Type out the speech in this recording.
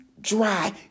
dry